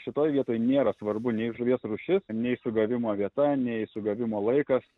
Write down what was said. šitoj vietoj nėra svarbu nei žuvies rūšis nei sugavimo vieta nei sugavimo laikas